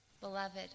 beloved